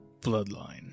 bloodline